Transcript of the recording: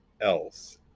else